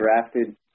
drafted